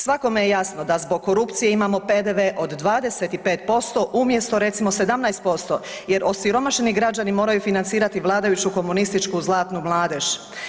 Svakome je jasno da zbog korupcije imamo PDV od 25% umjesto recimo 17% jer osiromašeni građani moraju financirati vladajuću komunističku zlatnu mladež.